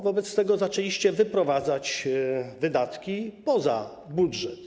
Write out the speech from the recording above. Wobec tego zaczęliście wyprowadzać wydatki poza budżet.